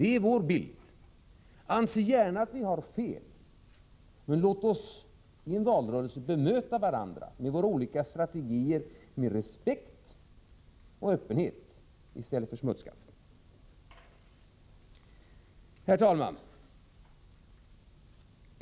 Det är vår bild. Anse gärna att vi har fel, men låt oss i en valrörelse bemöta varandra och våra olika strategier med respekt och öppenhet i stället för smutskastning! Herr talman!